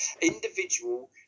Individual